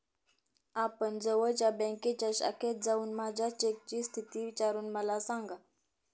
आपण जवळच्या बँकेच्या शाखेत जाऊन माझ्या चेकची स्थिती विचारून मला सांगा